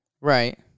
Right